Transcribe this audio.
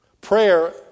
prayer